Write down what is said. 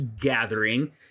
gathering